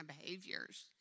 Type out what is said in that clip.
behaviors